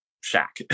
shack